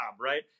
right